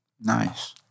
Nice